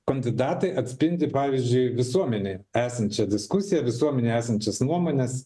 kandidatai atspindi pavyzdžiui visuomenėj esančią diskusiją visuomenėj esančias nuomones